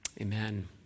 amen